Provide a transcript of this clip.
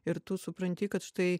ir tu supranti kad štai